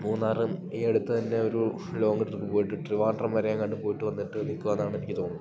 മൂന്നാറും ഈ അടുത്ത് തന്നെ ഒരു ലോങ്ങ് ട്രിപ്പ് പോയിട്ട് ട്രിവാൻഡ്രം വരെയെങ്ങാണ്ട് പോയിട്ട് വന്നിട്ട് നിൽക്കുവാന്നാണ് എനിക്ക് തോന്നുന്നത്